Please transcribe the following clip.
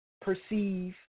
perceive